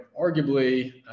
arguably